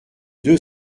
deux